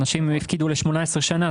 אנשים הפקידו ל-18 שנה.